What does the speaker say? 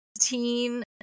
teen